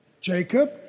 Jacob